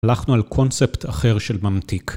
הלכנו על קונספט אחר של ממתיק.